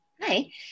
Hi